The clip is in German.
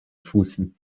fußen